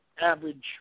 average